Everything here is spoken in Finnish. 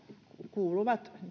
kuuluvat